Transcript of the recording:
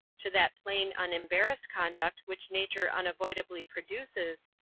to that plain, unembarassed conduct which nature unavoidably produces,